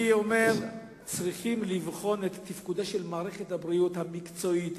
אני אומר שצריכים לבחון את תפקודה של מערכת הבריאות המקצועית,